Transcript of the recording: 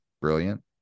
brilliant